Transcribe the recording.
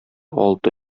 алты